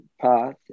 path